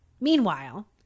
meanwhile